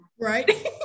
right